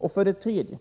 Min tredje fråga: